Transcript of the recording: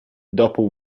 dopo